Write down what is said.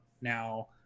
now